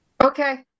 Okay